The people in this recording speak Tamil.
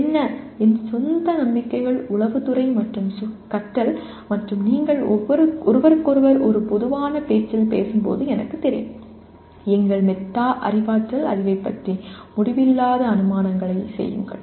என்ன என் சொந்த நம்பிக்கைகள் உளவுத்துறை மற்றும் கற்றல் மற்றும் நீங்கள் ஒருவருக்கொருவர் ஒரு பொதுவான பேச்சில் பேசும்போது எனக்குத் தெரியும் எங்கள் மெட்டா அறிவாற்றல் அறிவைப் பற்றி முடிவில்லாத அனுமானங்களைச் செய்யுங்கள்